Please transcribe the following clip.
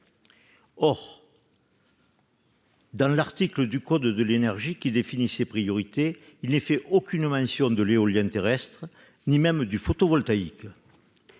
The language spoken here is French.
or. Dans l'article du code de l'énergie qui définissait priorité il est fait aucune mention de l'éolien terrestre ni même du photovoltaïque,